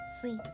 free